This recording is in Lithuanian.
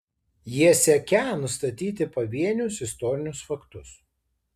jie siekią nustatyti pavienius istorinius faktus